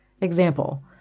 Example